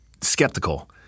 skeptical